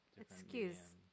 excuse